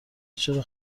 چرا